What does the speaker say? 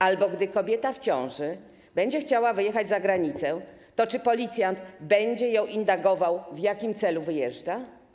Albo gdy kobieta w ciąży będzie chciała wyjechać za granicę, to czy policjant będzie ją indagował, w jakim celu wyjeżdża?